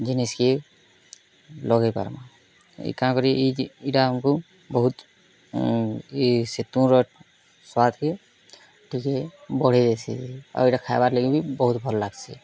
ଜିନିଷ୍କେ ଲଗେଇ ପାର୍ମା ଏଇ କାଣା କରି ଏଇ ଯେ ଇଟା ଆମକୁ ବହୁତ୍ ଏ ସେ ତୁମର୍ ସ୍ୱାଦ୍କେ ଟିକେ ବଢ଼େଇ ଦେସି ଆଉ ଏଇଟା ଖାଇବାର୍ ଲାଗି ବି ବହୁତ୍ ଭଲ୍ ଲାଗସି